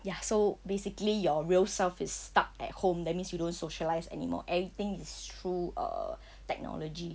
ya so basically your real self is stuck at home that means you don't socialise anymore everything is true uh technology